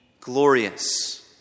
glorious